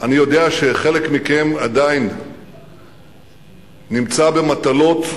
שאני יודע שחלק מכם עדיין נמצא במטלות כלכליות,